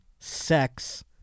Sex